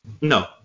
no